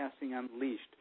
Unleashed